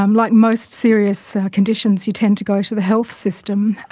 um like most serious conditions, you tend to go to the health system,